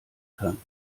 kann